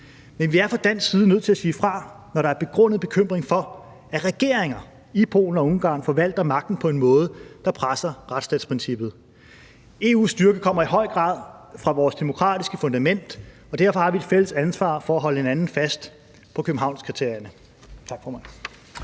Men vi er fra dansk side nødt til at sige fra, når der er begrundet bekymring for, at regeringer i Polen og Ungarn forvalter magten på en måde, der presser retsstatsprincippet. EU's styrke kommer i høj grad fra vores demokratiske fundament, og derfor har vi et fælles ansvar for at holde hinanden fast på Københavnskriterierne.